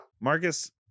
Marcus